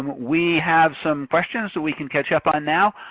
we have some questions that we can catch up on now.